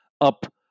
up